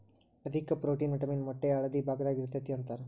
ಅಧಿಕ protein, vitamin ಮೊಟ್ಟೆಯ ಹಳದಿ ಭಾಗದಾಗ ಇರತತಿ ಅಂತಾರ